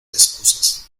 excusas